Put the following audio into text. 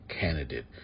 candidate